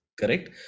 Correct